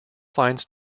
finds